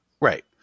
Right